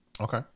Okay